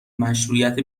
مشروعیت